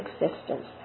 existence